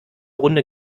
runde